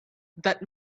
that